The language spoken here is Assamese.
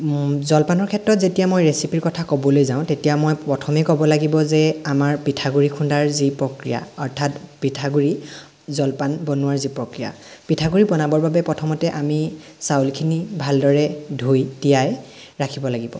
জলপানৰ ক্ষেত্ৰত যেতিয়া মই ৰেচিপিৰ কথা ক'বলৈ যাওঁ তেতিয়া মই প্ৰথমে ক'ব লাগিব যে আমাৰ পিঠাগুড়ি খুন্দাৰ যি প্ৰক্ৰিয়া অৰ্থাৎ পিঠাগুড়ি জলপান বনোৱাৰ যি প্ৰক্ৰিয়া পিঠাগুড়ি বনাবৰ বাবে প্ৰথমতে আমি চাউলখিনি ভালদৰে ধুই তিয়াই ৰাখিব লাগিব